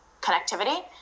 connectivity